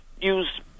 use